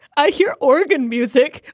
i hear organ music.